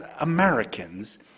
Americans